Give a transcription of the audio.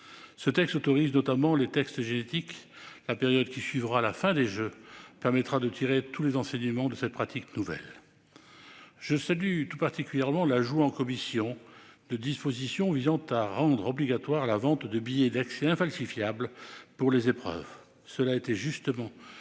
Ce texte autorise notamment les tests génétiques. La période qui suivra la fin des Jeux permettra de tirer tous les enseignements de cette pratique nouvelle. Je salue tout particulièrement l'ajout en commission de dispositions visant à rendre obligatoire la vente de billets d'accès infalsifiables pour les épreuves. Il s'agit précisément